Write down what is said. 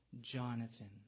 Jonathan